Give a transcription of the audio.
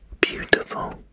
beautiful